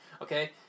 Okay